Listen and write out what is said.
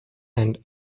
and